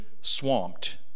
swamped